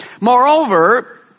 Moreover